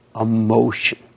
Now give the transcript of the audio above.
emotion